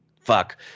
fuck